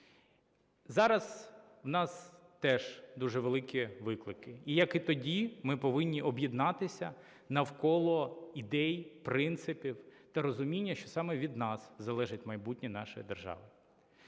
Зараз в нас теж дуже великі виклики і як і тоді ми повинні об'єднатися навколо ідей, принципів та розуміння, що саме від нас залежить майбутнє нашої держави.